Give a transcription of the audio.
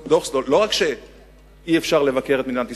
לא רק שאי-אפשר לבקר את מדינת ישראל,